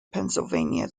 pennsylvania